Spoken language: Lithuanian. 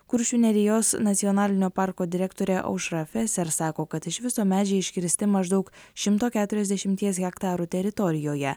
kuršių nerijos nacionalinio parko direktorė aušra feser sako kad iš viso medžiai iškirsti maždaug šimto keturiasdešimies hektarų teritorijoje